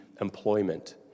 employment